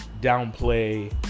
downplay